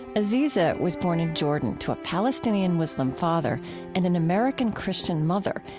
aziza was born in jordan to a palestinian muslim father and an american christian mother,